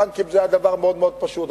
בנקים זה היה דבר מאוד מאוד פשוט.